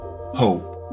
hope